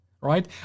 right